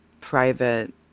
private